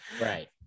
right